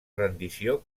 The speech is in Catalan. rendició